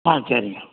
ஆ சரிங்க